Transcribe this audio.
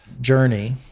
journey